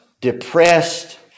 depressed